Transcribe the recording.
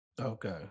Okay